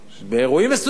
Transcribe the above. באירועים מסוימים,